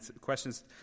questions